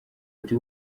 ati